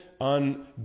on